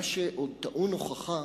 מה שעוד טעון הוכחה